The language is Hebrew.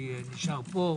אני נשאר פה.